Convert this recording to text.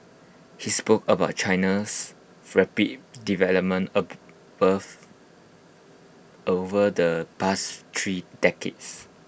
he spoke about China's rapid development over the past three decades